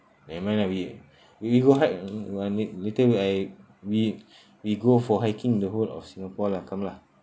never mind lah we we go hike mm you want me later I we we go for hiking the whole of singapore lah come lah